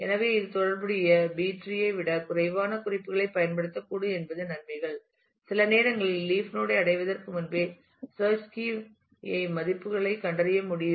எனவே இது தொடர்புடைய B டிரீB treeஐ விட குறைவான குறிப்புகளைப் பயன்படுத்தக்கூடும் என்பது நன்மைகள் சில நேரங்களில் லீப் நோட் ஐ அடைவதற்கு முன்பே சேர்ச் கீ ஐ மதிப்புகளை கண்டறிய முடியும்